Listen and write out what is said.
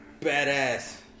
Badass